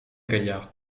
gaillarde